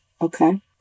Okay